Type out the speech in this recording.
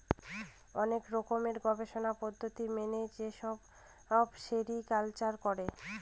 অনেক রকমের গবেষণার পদ্ধতি মেনে যেসব সেরিকালচার করে